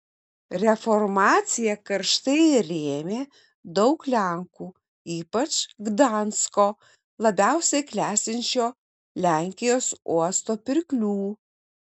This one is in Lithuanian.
reformaciją karštai rėmė daug lenkų ypač gdansko labiausiai klestinčio lenkijos uosto pirklių